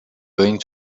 going